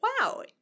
wow